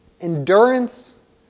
endurance